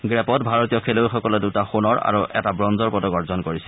গ্ৰেপত ভাৰতীয় খেলুৱৈসকলে দুটা সোণৰ আৰু এটা বঞ্জৰ পদক অৰ্জন কৰিছে